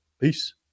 Peace